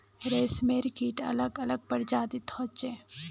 रेशमेर कीट अलग अलग प्रजातिर होचे